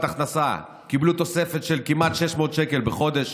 הכנסה קיבלו תוספת של כמעט 600 שקל בחודש,